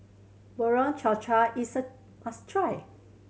Bubur Cha Cha is a must try